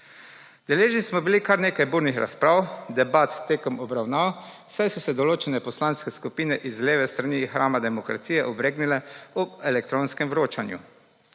Deležni smo bili kar nekaj burnih razprav, debat tekom obravnav, saj so se določene poslanske skupine iz leve strani hrama demokracije obregnile ob elektronskem vročanju.